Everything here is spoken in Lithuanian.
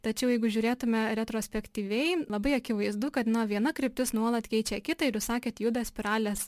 tačiau jeigu žiūrėtume retrospektyviai labai akivaizdu kad na viena kryptis nuolat keičia kitą ir jūs sakėt juda spiralės